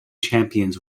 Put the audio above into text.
champions